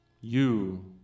You